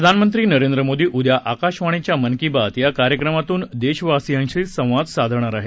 प्रधानमंत्री नरेंद्र मोदी उद्या आकाशवाणीच्या मन की बात या कार्यक्रमातून देशवासियांशी संवाद साधणार आहेत